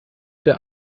der